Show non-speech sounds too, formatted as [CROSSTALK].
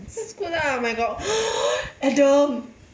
that's good lah my god [BREATH] adam